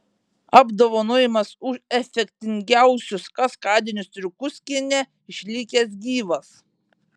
apdovanojimas už efektingiausius kaskadinius triukus kine išlikęs gyvas